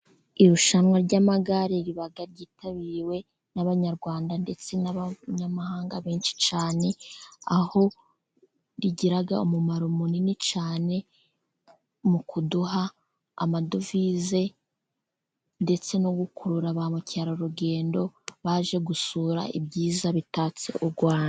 Irushanwa ry'amagare riba ryitabiriwe n'abanyarwanda, ndetse n'abanyamahanga benshi cyane, aho rigira umumaro munini cyane, mu kuduha amadovize, ndetse no gukurura ba mukerarugendo, baje gusura ibyiza bitatse u Rwanda.